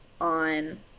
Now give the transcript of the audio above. on